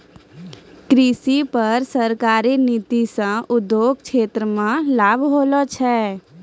कृषि पर सरकारी नीति से उद्योग क्षेत्र मे लाभ होलो छै